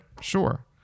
Sure